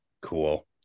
cool